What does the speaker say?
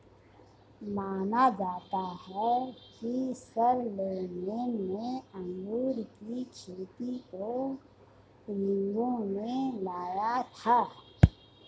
माना जाता है कि शारलेमेन ने अंगूर की खेती को रिंगौ में लाया था